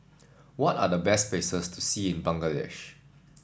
what are the best places to see in Bangladesh